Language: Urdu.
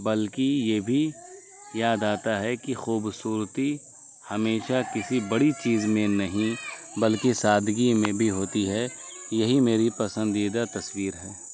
بلکہ یہ بھی یاد آتا ہے کہ خوبصورتی ہمیشہ کسی بڑی چیز میں نہیں بلکہ سادگی میں بھی ہوتی ہے یہی میری پسندیدہ تصویر ہے